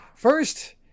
First